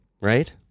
right